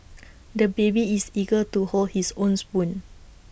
the baby is eager to hold his own spoon